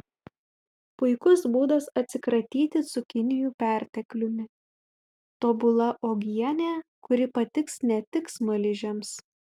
puikus būdas atsikratyti cukinijų pertekliumi tobula uogienė kuri patiks ne tik smaližiams